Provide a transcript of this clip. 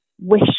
wish